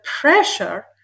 pressure